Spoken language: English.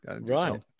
Right